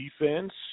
defense